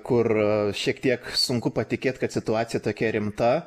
kur šiek tiek sunku patikėt kad situacija tokia rimta